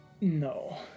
No